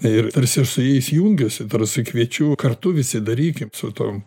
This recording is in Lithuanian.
ir tarsi aš su jais jungiuosi tarsi kviečiu kartu visi darykim su tom